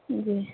جی